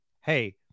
hey